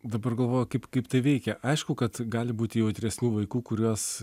dabar galvoju kaip kaip tai veikia aišku kad gali būti jautresnių vaikų kuriuos